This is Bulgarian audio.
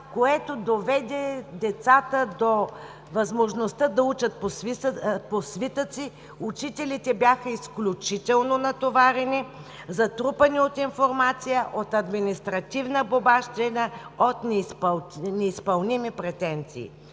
което доведе децата до възможността да учат по свитъци, учителите бяха изключително натоварени, затрупани от информация, от административна бумащина, от неизпълними претенции.